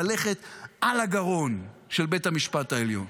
ללכת על הגרון של בית המשפט העליון.